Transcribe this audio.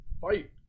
Fight